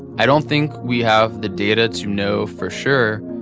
i don't think we have the data to know for sure,